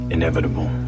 Inevitable. (